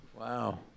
Wow